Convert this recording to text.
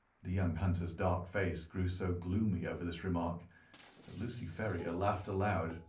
the young hunter's dark face grew so gloomy over this remark that lucy ferrier laughed aloud.